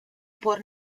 por